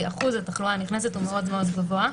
כי אחוז התחלואה הנכנסת הוא מאוד גבוה,